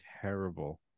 terrible